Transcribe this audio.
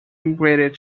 emigrated